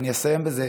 ואסיים בזה,